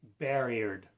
barriered